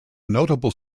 notable